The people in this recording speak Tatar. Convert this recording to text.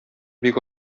бик